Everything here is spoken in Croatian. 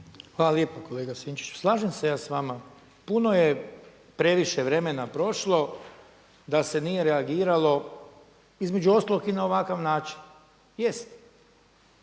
Hvala lijepo kolega Sinčiću. Slažem se ja s vama, puno je previše vremena prošlo da se nije reagiralo između ostalog i na ovakav način. Jest